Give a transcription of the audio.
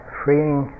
freeing